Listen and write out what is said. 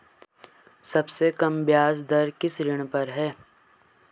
सबसे कम ब्याज दर किस ऋण पर है?